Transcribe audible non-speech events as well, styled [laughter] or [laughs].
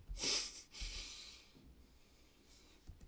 [laughs]